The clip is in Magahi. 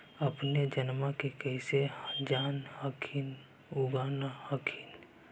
अपने धनमा के कैसे जान हखिन की उगा न हखिन?